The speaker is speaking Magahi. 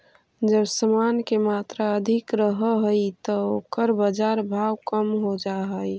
जब समान के मात्रा अधिक रहऽ हई त ओकर बाजार भाव कम हो जा हई